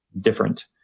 different